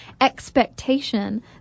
expectation